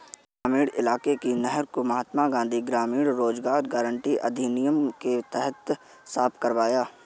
ग्रामीण इलाके की नहर को महात्मा गांधी ग्रामीण रोजगार गारंटी अधिनियम के तहत साफ करवाया